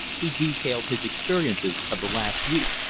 he detailed his experiences of the last week.